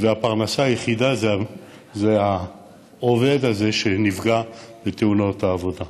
והפרנסה היחידה היא מהעובד הזה שנפגע בתאונות העבודה.